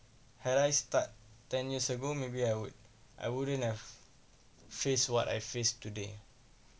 had I start ten years ago maybe I would I wouldn't have faced what I face today